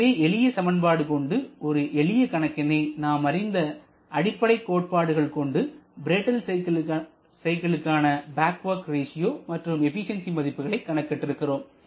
எனவே எளிய சமன்பாடு கொண்டு ஒரு எளிய கணக்கினை நாமறிந்த அடிப்படை கோட்பாடுகள் கொண்டு பிரேட்டன் சைக்கிளுக்கான பேக் வொர்க் ரேஷியோ மற்றும் எபிசியன்சி மதிப்புகளை கணக்கிட்டு இருக்கிறோம்